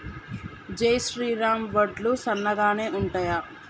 జై శ్రీరామ్ వడ్లు సన్నగనె ఉంటయా?